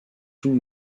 sous